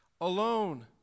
alone